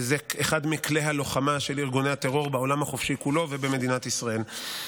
זה אחד מכלי הלוחמה של ארגוני הטרור בעולם החופשי כולו ובמדינת ישראל.